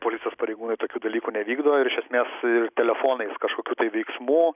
policijos pareigūnai tokių dalykų nevykdo ir iš esmės ir telefonais kažkokių veiksmų